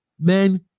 Men